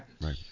Right